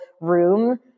room